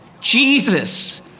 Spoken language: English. Jesus